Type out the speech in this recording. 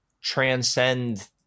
transcend